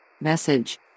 Message